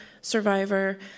survivor